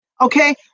Okay